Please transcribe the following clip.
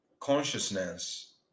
consciousness